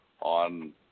on